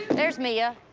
there's mia.